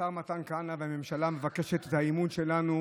השר מתן כהנא והממשלה מבקשים את האמון שלנו